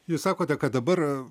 jūs sakote kad dabar